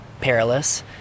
perilous